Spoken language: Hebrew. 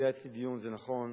היה אצלי דיון, זה נכון,